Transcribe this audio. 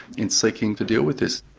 in seeking to deal with this.